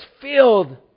filled